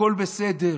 הכול בסדר,